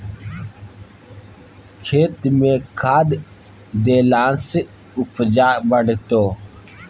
खेतमे खाद देलासँ उपजा बढ़तौ